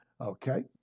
okay